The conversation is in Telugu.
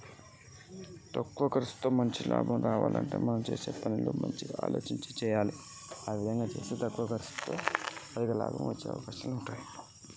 తక్కువ కర్సుతో మంచి లాభం ఎట్ల అస్తది?